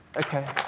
okay.